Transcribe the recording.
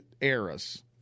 eras